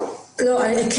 כן,